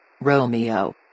Romeo